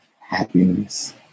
happiness